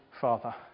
Father